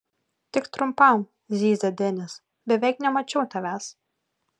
tik trumpam zyzia denis beveik nemačiau tavęs